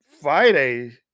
Friday